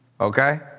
okay